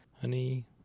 Honey